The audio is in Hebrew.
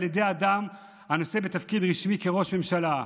ידי אדם הנושא בתפקיד רשמי כראש ממשלה.